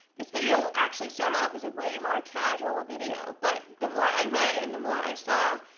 this video actually started off as a way more casual video, but the more i read and the more i saw,